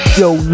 Show